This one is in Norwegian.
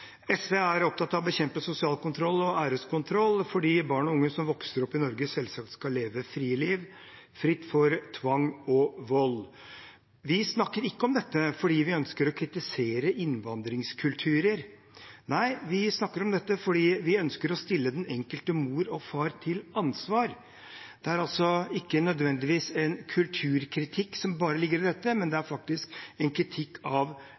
SV er opptatt av å bekjempe sosial kontroll og æreskontroll, fordi barn og unge som vokser opp i Norge, selvsagt skal leve frie liv, frie for tvang og vold. Vi snakker ikke om dette fordi vi ønsker å kritisere innvandringskulturer. Nei, vi snakker om dette fordi vi ønsker å stille den enkelte mor og far til ansvar. Det er altså ikke nødvendigvis bare en kulturkritikk som ligger i dette, men en kritikk av